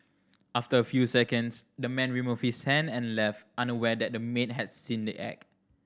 after a few seconds the man removed his hand and left unaware that the maid had seen the act